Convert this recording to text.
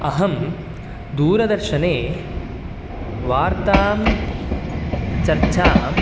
अहं दूरदर्शने वार्तां चर्चां